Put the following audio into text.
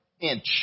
inch